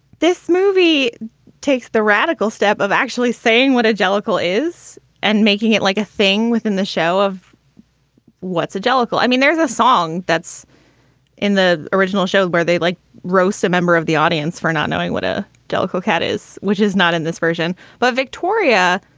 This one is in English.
this movie takes the radical step of actually saying what a jellicoe is and making it like a thing within the show of what's a jellicoe. i mean, there's a song that's in the original shows where they like roast a member of the audience for not knowing what a jellicoe cat is, which is not in this version but victoria,